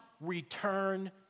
return